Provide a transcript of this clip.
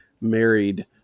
married